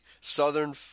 southern